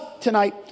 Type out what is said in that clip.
tonight